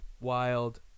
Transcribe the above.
Wild